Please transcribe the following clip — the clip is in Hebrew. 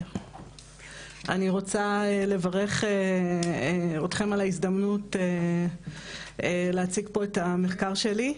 אני רוצה לברך אתכם על ההזדמנות להציג פה את המחקר שלי.